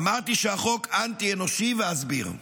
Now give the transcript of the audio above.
אמרתי שהחוק אנטי-אנושי, ואסביר.